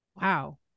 Wow